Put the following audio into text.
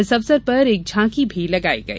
इस अवसर पर एक झांकी भी लगाई गई